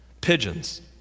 pigeons